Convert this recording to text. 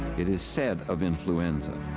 it is said, of influenza.